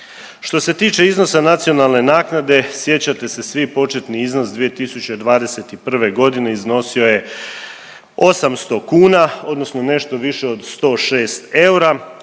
Što se tiče iznosa nacionalne naknade sjećate se svi početni iznos 2021.g. iznosio je 800 kuna odnosno nešto više od 106 eura,